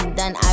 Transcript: done